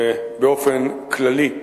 באופן כללי,